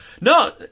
No